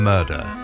Murder